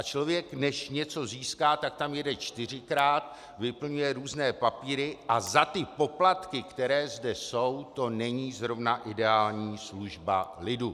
Člověk než něco získá, tak tam jede čtyřikrát, vyplňuje různé papíry a za ty poplatky, které zde jsou, to není zrovna ideální služba lidu.